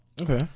Okay